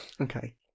Okay